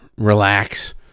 relax